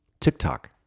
TikTok